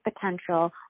potential